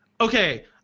Okay